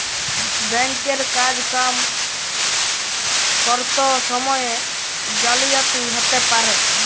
bank এর কাজ কাম ক্যরত সময়ে জালিয়াতি হ্যতে পারে